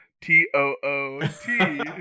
t-o-o-t